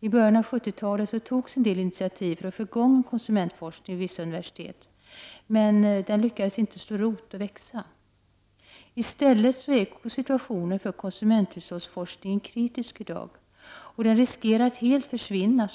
I början på 70-talet togs en del initiativ för att få i gång konsumentforskning vid vissa universitet, men denna forskning lyckades inte slå rot och växa. I stället är situationen för konsumentoch hushållsforskningen i dag kritisk, och forskningsområdet riskerar att helt försvinna.